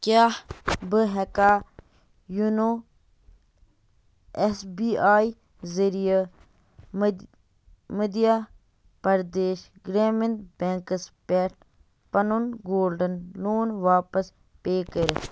کیٛاہ بہٕ ہٮ۪کا یوٗنو ایٚس بی آی ذٔریعہِ مٔدھ مٔدھیہِ پرٛدیش گرٛامیٖن بیٚنٛکَس پٮ۪ٹھ پَنُن گولڈَن لون واپس پیٚے کٔرِتھ